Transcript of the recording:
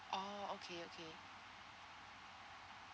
oh okay okay